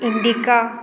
Indica